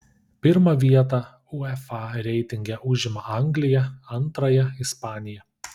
pirmą vietą uefa reitinge užima anglija antrąją ispanija